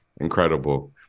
incredible